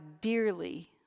dearly